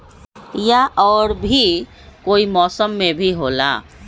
या और भी कोई मौसम मे भी होला?